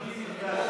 לפי החוק,